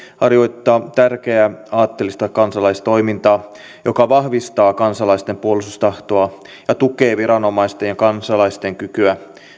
harjoittavat tärkeää aatteellista kansalaistoimintaa joka vahvistaa kansalaisten puolustustahtoa ja tukee viranomaisten ja kansalaisten kykyä